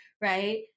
Right